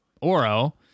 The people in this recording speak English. Oro